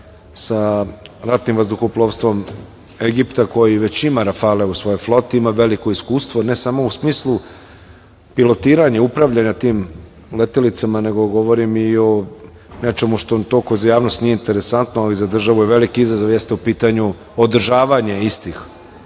sa ratnim vazduhoplovstvom Egipta, koji već ima rafale u svoje flote, ima veliko iskustvo, ne samo u smislu pilotiranja, upravljanja tim letelicama, nego govorim i o nečemu što toliko za javnost nije toliko interesantno, ali je za državu veliki izazov i jeste u pitanju održavanje istih